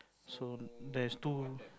so there's two